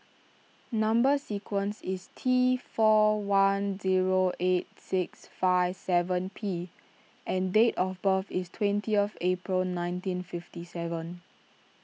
Number Sequence is T four one zero eight six five seven P and date of birth is twentieth April nineteen fifty seven